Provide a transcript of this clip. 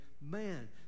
man